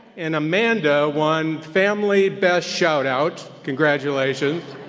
and amanda won family best shout out, congratulations.